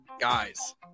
Guys